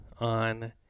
On